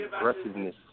aggressiveness